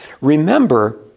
Remember